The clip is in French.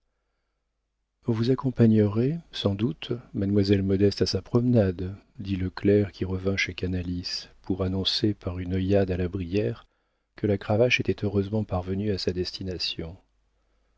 modeste vous accompagnerez sans doute mademoiselle modeste à sa promenade dit le clerc qui revint chez canalis pour annoncer par une œillade à la brière que la cravache était heureusement parvenue à sa destination